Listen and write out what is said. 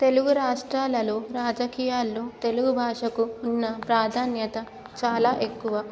తెలుగు రాష్ట్రాలలో రాజకీయాల్లో తెలుగు భాషకు ఉన్న ప్రాధాన్యత చాలా ఎక్కువ